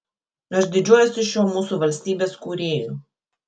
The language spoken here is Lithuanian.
aš didžiuojuosi šiuo mūsų valstybės kūrėju